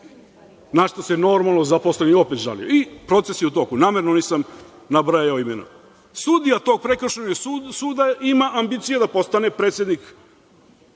na šta se, normalno, zaposleni opet žali. Proces je u toku. Namerno nisam nabrajao imena. Sudija tog Prekršajnog suda ima ambicija da postane predsednik